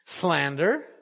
slander